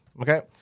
Okay